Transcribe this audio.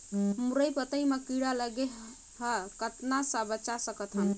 मुरई पतई म कीड़ा लगे ह कतना स बचा सकथन?